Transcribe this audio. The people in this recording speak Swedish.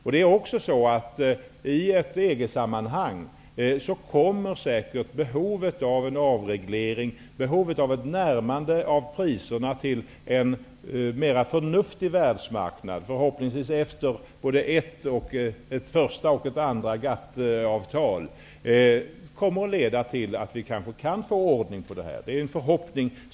I ett EG-sammanhang kommer säkert behovet av en avreglering och av ett närmande av priserna till en mera förnuftig världsmarknad -- förhoppningsvis efter ett första och ett andra GATT-avtal -- att leda till att det går att få ordning på det hela. Det är vår förhoppning.